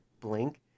blink